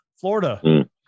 Florida